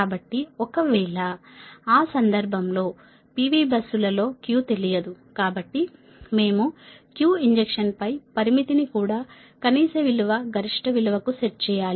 కాబట్టి ఒకవేళ ఆ సందర్భంలో P V బస్సులలో Q తెలియదు కాబట్టి మేము Q ఇంజెక్షన్ పై పరిమితిని కూడా కనీస విలువ గరిష్ట విలువకు సెట్ చేయాలి